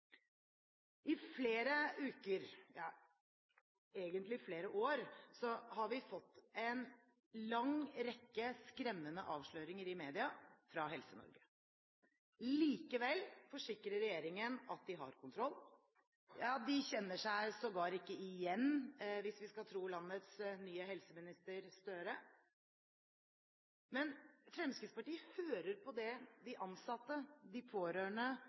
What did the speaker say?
I flere uker – ja, egentlig i flere år – har vi fått en lang rekke skremmende avsløringer i media fra Helse-Norge. Likevel forsikrer regjeringen at de har kontroll – ja, de kjenner seg sågar ikke igjen, hvis vi skal tro landets nye helseminister, Gahr Støre. Men Fremskrittspartiet hører på det de ansatte, de pårørende